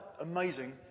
amazing